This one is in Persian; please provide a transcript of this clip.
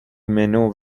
منو